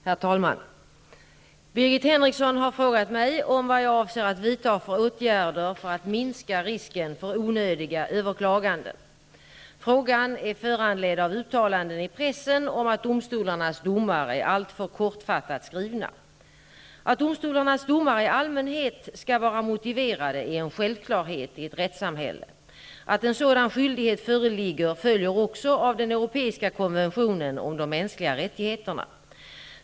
Herr talman! Birgit Henriksson har frågat mig om vad jag avser att vidta för åtgärder för att minska risken för onödiga överklaganden. Frågan är föranledd av uttalanden i pressen om att domstolarnas domar är alltför kortfattat skrivna. Att domstolarnas domar i allmänhet skall vara motiverade är en självklarhet i ett rättssamhälle. Att en sådan skyldighet föreligger följer också av den europeiska konventionen om de mänskliga rättigheterna.